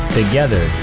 together